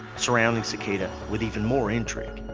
surrounding cicada with even more intrigue.